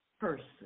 person